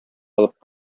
алып